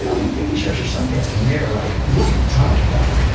so we think these sharks are sun tanning. and they are like, what are you talking about?